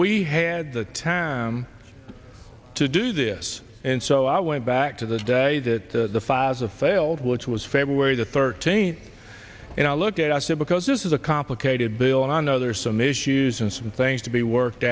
we had the time to do this and so i went back to the day that the files of failed which was february the thirteenth and i look at i said because this is a complicated bill and i know there are some issues and some things to be worked